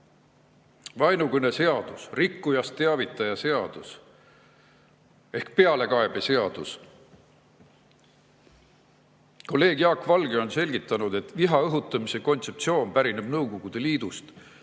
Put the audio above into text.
Vaenukõneseadus, rikkujast teavitaja seadus ehk pealekaebeseadus. Kolleeg Jaak Valge on selgitanud, et viha õhutamise kontseptsioon pärineb Nõukogude Liidust.